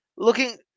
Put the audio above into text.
Looking